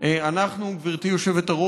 אנחנו, כך אני שומע,